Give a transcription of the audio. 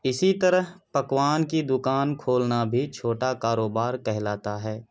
اسی طرح پکوان کی دکان کھولنا بھی چھوٹا کاروبار کہلاتا ہے